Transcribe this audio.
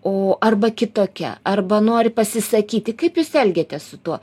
o arba kitokia arba nori pasisakyti kaip jūs elgiatės su tuo